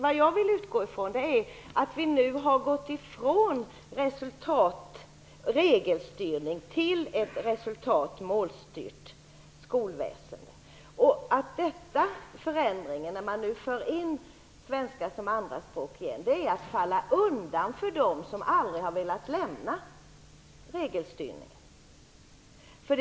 Vad jag vill utgå från är att vi nu har gått ifrån regelstyrning och gått över till ett resultat/mål-styrt skolväsende. Förändringen när man nu för in svenska som andraspråk igen innebär att man faller undan för dem som aldrig har velat lämna regelstyrningen.